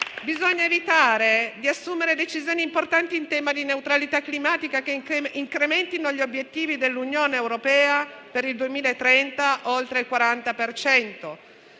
Bisogna evitare di assumere decisioni importanti in tema di neutralità climatica che incrementino gli obiettivi dell'Unione europea per il 2030 oltre il 40